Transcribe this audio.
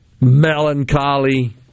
melancholy